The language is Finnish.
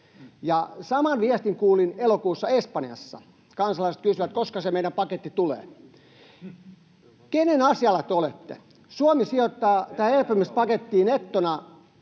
Ja saman viestin kuulin elokuussa Espanjassa. Kansalaiset kysyivät, koska se meidän pakettimme tulee. Kenen asialla te olette? Suomi sijoittaa tähän elpymispakettiin nettona